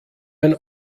ein